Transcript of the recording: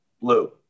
Blue